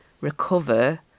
recover